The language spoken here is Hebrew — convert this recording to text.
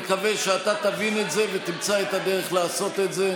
אני מקווה שאתה תבין את זה ותמצא את הדרך לעשות את זה.